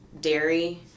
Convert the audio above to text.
dairy